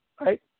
right